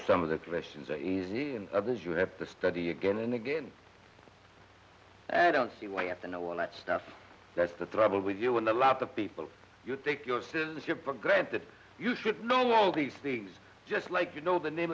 some of the questions are easy and others you have to study again and again i don't see why you have to know all that stuff that's the trouble with you in the lab the people you take your citizenship for granted you should know all these things just like you know the name